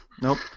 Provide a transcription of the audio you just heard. Nope